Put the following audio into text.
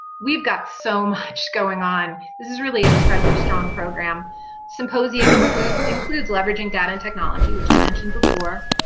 we've got so much going on this is really an incredibly strong program symposia includes includes leveraging data and technology, which i mentioned before